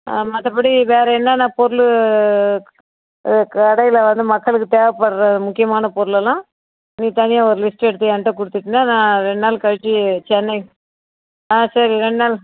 மற்றபடி வேறு என்னான்ன பொருள் கடையில வந்து மக்களுக்கு தேவைப்பட்ற முக்கியமான பொருள் எல்லாம் நீ தனியாக ஒரு லிஸ்ட் எடுத்து ஏன்கிட்ட கொடுத்துட்டின்னா நான் ரெண்டு நாள் கழிச்சி சென்னை ஆ சரி ரெண்டு நாள்